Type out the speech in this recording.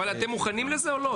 מוכנים לזה או לא?